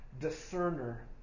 discerner